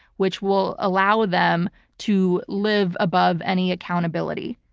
which will allow them to live above any accountability.